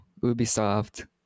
Ubisoft